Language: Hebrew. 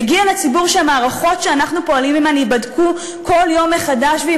מגיע לציבור שהמערכות שאנחנו פועלים עמן ייבדקו וייבחנו כל יום מחדש: